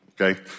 okay